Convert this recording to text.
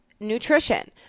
nutrition